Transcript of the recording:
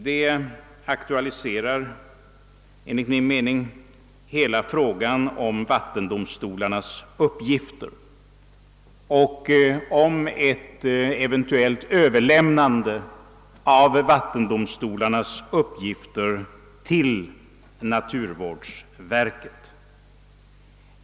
Det aktualiserar enligt min mening hela frågan om vattendomstolarnas uppgifter och om ett eventuellt överlämnande av vattendomstolarnas uppgifter till naturvårdsverket.